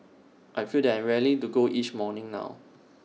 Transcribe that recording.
I feel that I'm raring to go each morning now